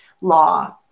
law